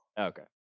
okay